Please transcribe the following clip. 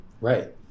right